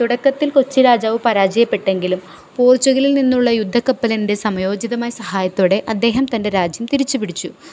തുടക്കത്തിൽ കൊച്ചി രാജാവ് പരാജയപ്പെട്ടെങ്കിലും പോർച്ചുഗലിൽ നിന്നുള്ള യുദ്ധക്കപ്പലിൻ്റെ സംയോജിതമായ സഹായത്തോടെ അദ്ദേഹം തൻ്റെ രാജ്യം തിരിച്ചുപിടിച്ചു